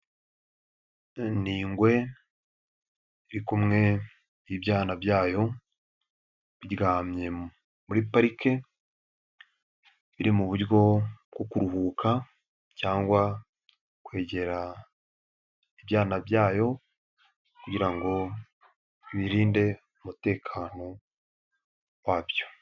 Ni ingwe iriku n'ibyana byayo, biryamye muri parike, biri mu buryo bwo kuruhuka cyangwa kwegera ibyana byayo kugira ngo biririnde umutekano wabyo.